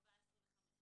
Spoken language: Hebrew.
9,14 ו-15